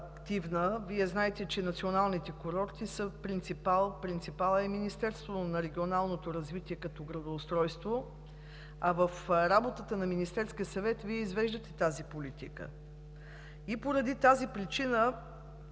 Вие знаете, че националните курорти са принципал. Принципалът е Министерството на регионалното развитие като градоустройство, а в работата на Министерския съвет Вие извеждате тази политика. Поради тази причина